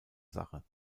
sache